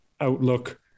Outlook